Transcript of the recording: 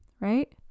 right